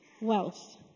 Wealth